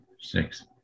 Six